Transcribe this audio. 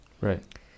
Right